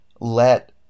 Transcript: let